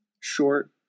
short